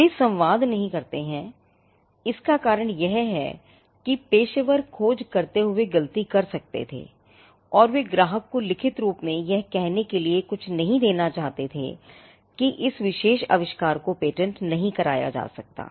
वे संवाद नहीं करते हैं इसका एक कारण यह है कि पेशेवर खोज करते हुए गलती कर सकते थे और वे ग्राहक को लिखित रूप में यह कहने के लिए कुछ नहीं देना चाहते कि इस विशेष आविष्कार का पेटेंट नहीं कराया जा सकता है